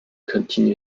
continue